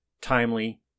timely